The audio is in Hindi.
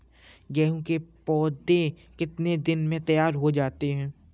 गेहूँ के पौधे कितने दिन में तैयार हो जाते हैं?